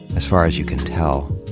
as far as you can tell,